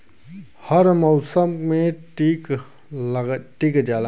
हर मउसम मे टीक जाला